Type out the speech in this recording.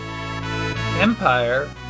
Empire